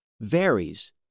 varies